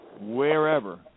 wherever